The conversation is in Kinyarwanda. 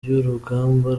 y’urugamba